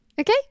okay